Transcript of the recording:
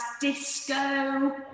disco